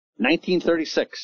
1936